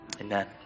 amen